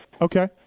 Okay